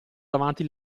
davanti